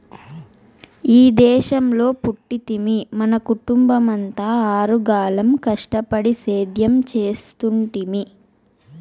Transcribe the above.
ఈ దేశంలో పుట్టితిమి మన కుటుంబమంతా ఆరుగాలం కష్టపడి సేద్యం చేస్తుంటిమి